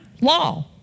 Law